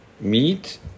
meat